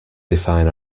define